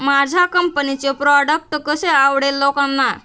माझ्या कंपनीचे प्रॉडक्ट कसे आवडेल लोकांना?